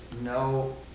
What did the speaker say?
no